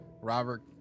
Robert